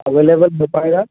available हो पाएगा